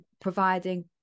providing